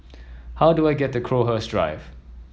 how do I get to Crowhurst Drive